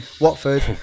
Watford